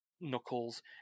Knuckles